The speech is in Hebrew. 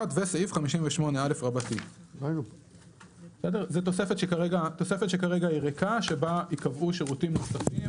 וסעיף 58א)" זה תוספת שכרגע היא ריקה שבה ייקבעו שירותים נוספים